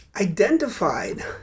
identified